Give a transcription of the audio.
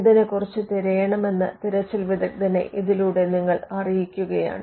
എന്തിനെ കുറിച്ച് തിരയണം എന്ന് തിരച്ചിൽ വിദഗ്ധനെ ഇതിലൂടെ നിങ്ങൾ അറിയിക്കുകയാണ്